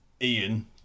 Ian